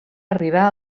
arribar